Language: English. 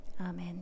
Amen